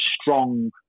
strong